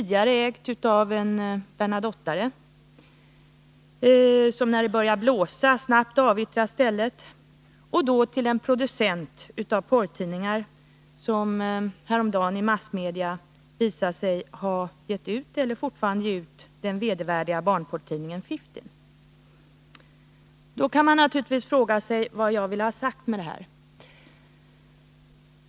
Det ägdes tidigare av en Bernadottare, som när det började blåsa snabbt avyttrade stället till en producent av porrtidningar som häromdagen i massmedia utpekades för att ha gett ut eller fortfarande ger ut den vedervärdiga barnporrtidningen Fifteen. Man kan naturligtvis fråga vad jag vill ha sagt med detta.